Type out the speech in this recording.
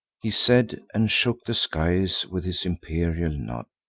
he said and shook the skies with his imperial nod.